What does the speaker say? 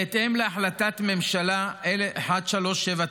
בהתאם להחלטת ממשלה 1379,